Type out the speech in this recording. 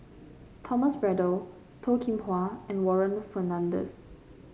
Thomas Braddell Toh Kim Hwa and Warren Fernandez